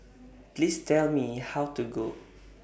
Please Tell Me How to Go